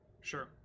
Sure